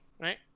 right